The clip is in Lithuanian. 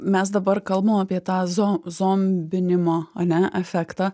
mes dabar kalbu apie tą zo zombinimo ane efektą